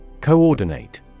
Coordinate